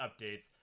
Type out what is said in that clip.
updates